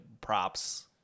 props